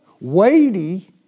weighty